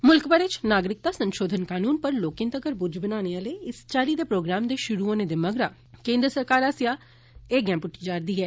मुल्ख भरै इव नागरिकता संशोधन कानून पर लोकें तक्कर पुज्ज बनाने आहले इस्सै चाल्ली दे प्रोग्राम दे शुरू होने दे मगरा केन्द्र सरकार आस्सैआ एह गैह पुटटी जा'रदी ऐ